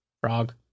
Frog